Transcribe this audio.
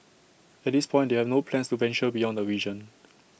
at this point they have no plans to venture beyond the region